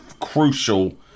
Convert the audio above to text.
crucial